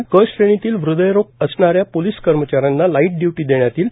क श्रेणीतील हृद्यरोग असणाऱ्या पोलिस कर्मचाऱ्यांना लाईट इय्टी देण्यात येईल